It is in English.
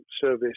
service